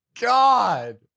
God